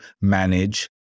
manage